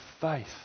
faith